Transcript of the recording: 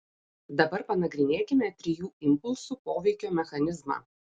dabar panagrinėkime trijų impulsų poveikio mechanizmą